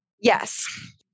Yes